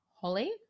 Holly